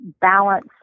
balance